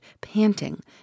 panting